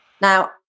Now